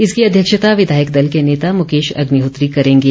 इसकी अध्यक्षता विधायक दल के नेता मुकेश अग्निहोत्री करेंगे